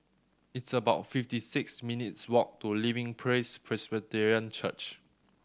it's about fifty six minutes' walk to Living Praise Presbyterian Church